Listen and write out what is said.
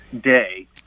Day